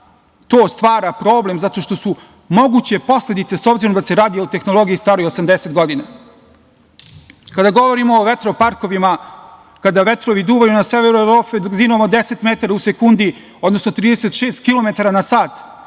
to stvara problem zato što su moguće posledice, s obzirom da se radi o tehnologiji staroj 80 godina. Kada govorimo o vetroparkovima, kada vetrovi duvaju na severu Evrope brzinom od deset metara u sekundi, odnosno 36 kilometara na sat,